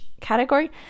category